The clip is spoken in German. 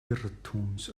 irrtums